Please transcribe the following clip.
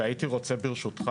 והייתי רוצה,